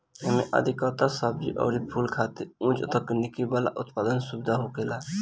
एमे अधिकतर सब्जी अउरी फूल खातिर उच्च तकनीकी वाला उत्पादन सुविधा होखेला